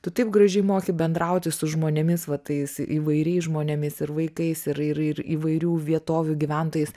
tu taip gražiai moki bendrauti su žmonėmis va tais įvairiais žmonėmis ir vaikais ir ir įvairių vietovių gyventojais